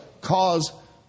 cause